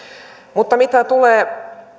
mutta mitä tulee